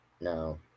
No